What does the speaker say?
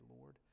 Lord